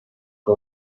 que